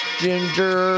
ginger